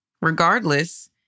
Regardless